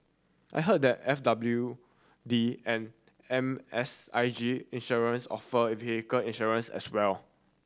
I heard that F W D and M S I G Insurance offer vehicle insurance as well